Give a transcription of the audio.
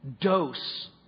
Dose